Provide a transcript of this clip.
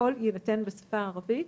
הכול יינתן בשפה הערבית